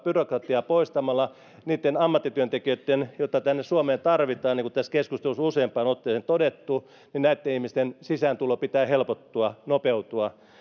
byrokratiaa poistamalla niitten ammattityöntekijöitten joita tänne suomeen tarvitaan niin kuin tässä keskustelussa on useampaan otteeseen todettu näitten ihmisten sisääntulon pitää helpottua nopeutua